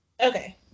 Okay